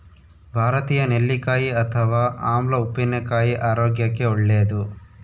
ಭಾರತೀಯ ನೆಲ್ಲಿಕಾಯಿ ಅಥವಾ ಆಮ್ಲ ಉಪ್ಪಿನಕಾಯಿ ಆರೋಗ್ಯಕ್ಕೆ ಒಳ್ಳೇದು